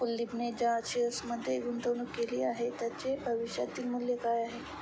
कुलदीपने ज्या शेअर्समध्ये गुंतवणूक केली आहे, त्यांचे भविष्यातील मूल्य काय आहे?